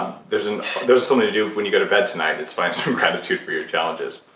um there's ah there's something to do when you go to bed tonight, is find some gratitude for your challenges